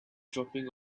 dropping